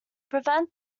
prevent